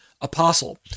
apostle